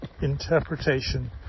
Interpretation